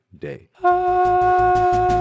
day